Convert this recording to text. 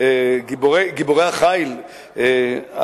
גיבורי החיל,